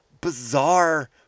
bizarre